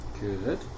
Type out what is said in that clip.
good